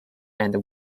and